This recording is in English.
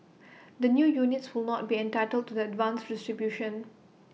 the new units will not be entitled to the advanced distribution